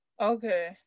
Okay